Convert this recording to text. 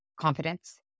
confidence